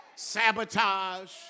sabotage